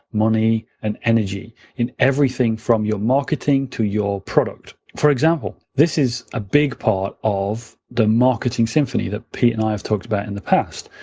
money, and energy in everything, from your marketing to your product. for example, this is a big part of the marketing symphony that pete and i have talked about in the past.